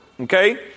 Okay